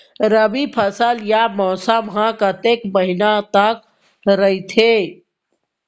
रबि फसल या मौसम हा कतेक महिना हा रहिथे?